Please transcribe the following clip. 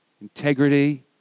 integrity